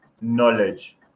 knowledge